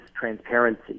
transparency